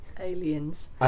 Aliens